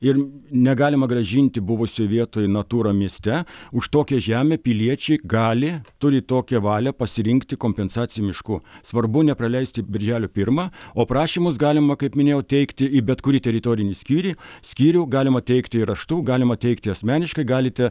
ir negalima grąžinti buvusioj vietoj natūra mieste už tokią žemę piliečiai gali turi tokią valią pasirinkti kompensaciją mišku svarbu nepraleisti birželio pirmą o prašymus galima kaip minėjau teikti į bet kurį teritorinį skyrį skyrių galima teikti raštu galima teikti asmeniškai galite